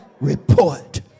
report